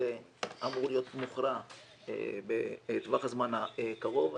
אמור להיות מוכרע בטווח הזמן הקרוב.